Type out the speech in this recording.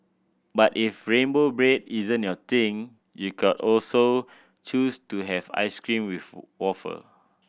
but if rainbow bread isn't your thing you could also choose to have ice cream with wafer